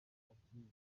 abakinnyi